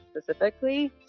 specifically